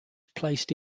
placed